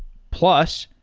plus,